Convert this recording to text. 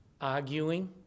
arguing